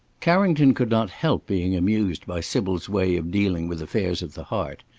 carrington could not help being amused by sybil's way of dealing with affairs of the heart.